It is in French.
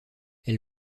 elle